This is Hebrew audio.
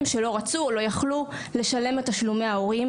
שלא רצו או לא יכלו לשלם את תשלומי ההורים,